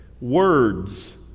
Words